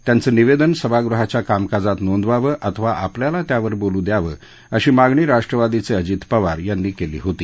त्यांचं निवेदन सभागृहाच्या कामाकाजात नोंदवावं अथवा आपल्याला त्यावर बोलू द्यावं अशी मागणी राष्ट्रवादीचे अजित पवार यांनी केली होती